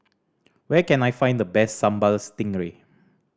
where can I find the best Sambal Stingray